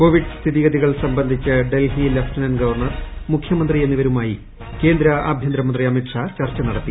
Covid സ്ഥിതിഗതികൾ ്സംബന്ധിച്ച് Delhi lieutenant governor മുഖ്യമന്ത്രി എ്ന്നിവരുമായി കേന്ദ്ര ആഭ്യന്തര മന്ത്രി അമിത്ഷാ ചർച്ച നട്ടത്തി